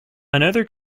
another